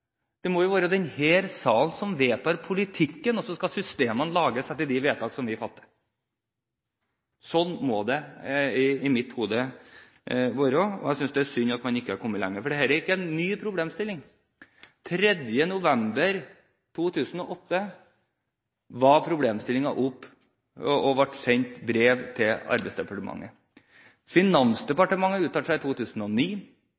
Det må jo være denne salen som vedtar politikken, og så skal systemene lages etter de vedtak som vi fatter. Sånn må det være i mitt hode, og jeg synes det er synd at man ikke har kommet lenger. For dette er ikke en ny problemstilling. Den 3. november 2008 var problemstillingen oppe, og det ble sendt brev til Arbeidsdepartementet.